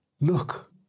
Look